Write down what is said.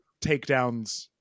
takedowns